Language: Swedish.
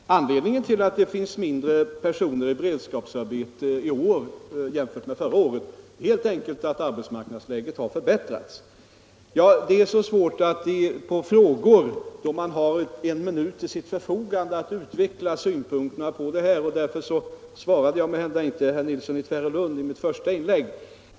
Herr talman! Anledningen till att det finns färre personer i beredskapsarbete i år än förra året är helt enkelt att arbetsmarknadsläget har förbättrats. Det är mycket svårt att hinna utveckla synpunkterna på en fråga då man har en minut till förfogande. Därför svarade jag inte herr Nilsson i Tvärålund i mitt första inlägg.